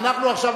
אנחנו עכשיו,